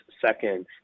Second